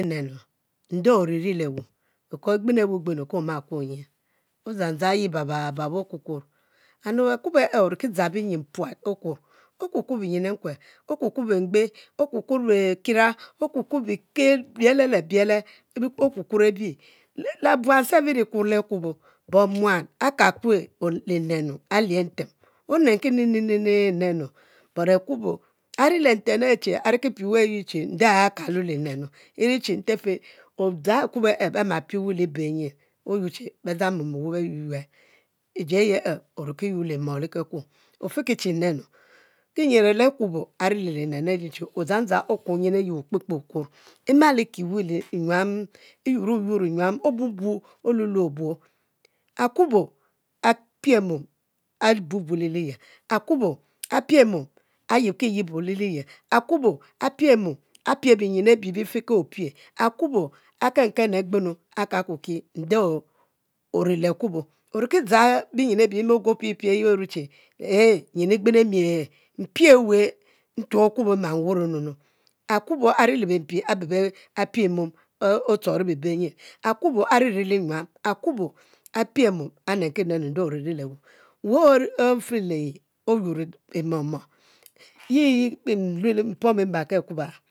Nde oriri le wu beli e gbene weh gbenu ki oma ku nyin, o'dzang dzang yi babab oma kur kuor, and akubo e’ oriki dzang biyin puat okuor, okukuor binyin enkue okukuor bengbe, okukuor kira, okukuor bike biele lebiele, okukuor e’ bi ke buab self iri kur le okubo but muan akekue linenu alie ntem onenki neninenu. but akubo ari nlenten ayi che akalue linenu, e ri che ntefe odzang akubo e'bema pie weh libe nyin, oyuo che be dzang mom ow'eh beyuyuel eji aye ariki yur le e mor le kenkuo, ofiki che nenu ki nyere akubo ari li lenu ayi che odzang dzang okukuor yin ayi okpe okuor, e mal e pieweh nyual e yuro yuor nyuam obubu olulue obu, akubo opiemom abubu le liyel, akubo apie mom ayikiyibo le liyel, akubo apie mom apie binyin abe efe ko pie, akubo akenken le agbenu akakoki nde ori le akubo, oriki zang binyin abibi me orue che ehi nyenu e gbenemi, e'h mpie weh ntuo akubo mi nwar e'nu, akubo ari le benpi apie mom otori bibe nyen akubo ari ri le nyuam, ajubo apie mom anenkinenu nde ori ri le, weh ofe liyi oyuro e momo yi mpi mpomo mbarki akual